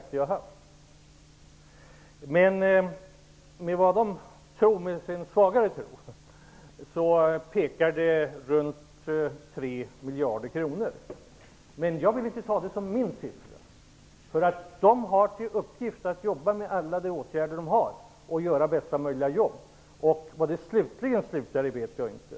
Det vet jag efter de kontakter som jag har haft. Men som de då litet svagt tror pekar utvecklingen mot omkring 3 miljarder kronor. Jag vill dock inte säga att det är min siffra. Man har ju att arbeta med alla åtgärder på området och att göra bästa möjliga jobb. Vad det slutligen innebär vet jag inte.